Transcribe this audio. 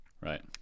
Right